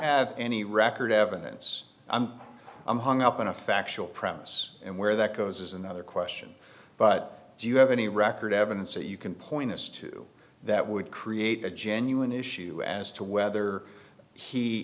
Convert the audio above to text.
have any record evidence i'm hung up on a factual premise and where that goes is another question but do you have any record evidence that you can point us to that would create a genuine issue as to whether he